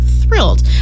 thrilled